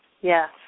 yes